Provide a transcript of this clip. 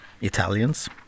italians